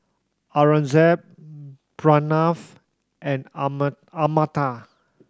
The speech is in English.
Aurangzeb Pranav and Amartya